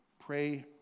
Pray